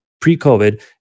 Pre-COVID